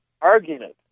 argument